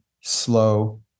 slow